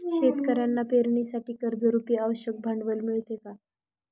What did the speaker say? शेतकऱ्यांना पेरणीसाठी कर्जरुपी आवश्यक भांडवल मिळते का?